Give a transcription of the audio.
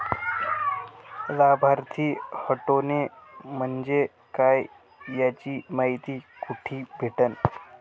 लाभार्थी हटोने म्हंजे काय याची मायती कुठी भेटन?